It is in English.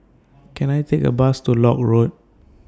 Can I Take A Bus to Lock Road